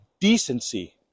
decency